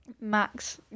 Max